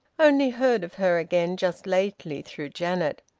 only heard of her again just lately through janet.